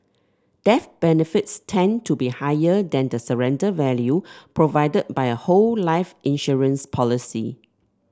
death benefits tend to be higher than the surrender value provided by a whole life insurance policy